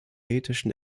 ethischen